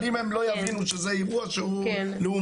אבל אם הם לא יבינו שזה אירוע שהוא לאומני.